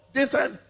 Listen